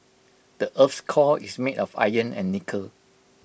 the Earth's core is made of iron and nickel